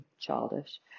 childish